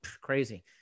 Crazy